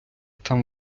там